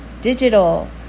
digital